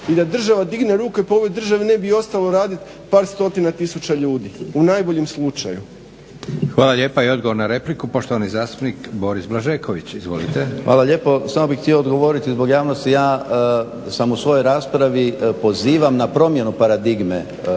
i da država digne ruku, pa u ovoj državi ne bi ostalo radit par stotina tisuća ljudi, u najboljem slučaju. **Leko, Josip (SDP)** Hvala lijepa. I odgovor na repliku, poštovani zastupnik Boris Blažeković. Izvolite. **Blažeković, Boris (HNS)** Hvala lijepa. Samo bih htio odgovoriti zbog javnosti, ja sam u svojoj raspravi pozivam na promjenu paradigme